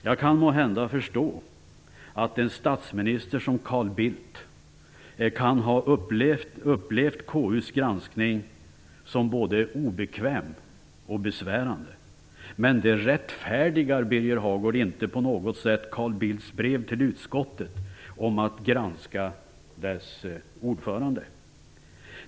Jag kan måhända förstå att en statsminister som Carl Bildt kan ha upplevt KU:s granskning som både obekväm och besvärande. Men det, Birger Hagård, rättfärdigar inte på något sätt Carl Bildts brev till utskottet om att granska dess ordförande.